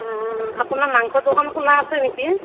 আপোনাৰ মাংস দোকান খোলা আছে নেকি